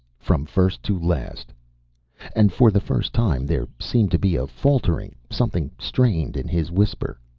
from first to last and for the first time there seemed to be a faltering, something strained in his whisper.